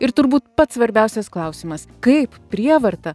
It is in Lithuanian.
ir turbūt pats svarbiausias klausimas kaip prievarta